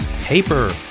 paper